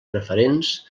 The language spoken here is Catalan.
preferents